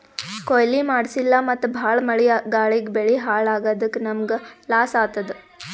ಕೊಯ್ಲಿ ಮಾಡ್ಸಿಲ್ಲ ಮತ್ತ್ ಭಾಳ್ ಮಳಿ ಗಾಳಿಗ್ ಬೆಳಿ ಹಾಳ್ ಆಗಾದಕ್ಕ್ ನಮ್ಮ್ಗ್ ಲಾಸ್ ಆತದ್